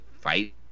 fight